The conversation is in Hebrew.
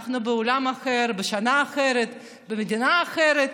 אנחנו בעולם אחר, בשנה אחרת, במדינה אחרת.